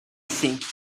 think